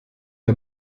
der